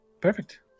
Perfect